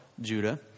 Judah